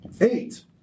Eight